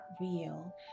real